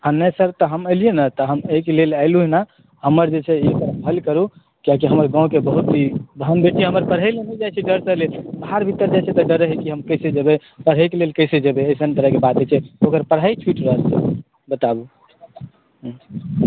नहि सर हम तऽ एलियै ने तऽ हम एहिके लेल अयलहुॅं ने हमर जे छै एकर हल करू किये कि हमर गाँव के बहुत ई बहन बेटी हमर पढ़ै लऽ नहि जाइ छै डर सॅं बाहर भीतर जाइ छै तऽ रहै छियै हम कैसे जेबै पढ़ैके लेल के कहै छै अगर ओहन तरह के बात होइ छै ओकर पढ़ाई छूटि रहल छै बताबू